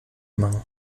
machen